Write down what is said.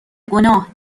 گناه